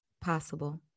possible